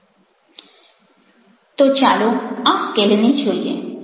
તો ચાલો આ સ્કેલને જોઈએ